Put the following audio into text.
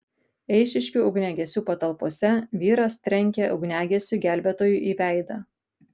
eišiškių ugniagesių patalpose vyras trenkė ugniagesiui gelbėtojui į veidą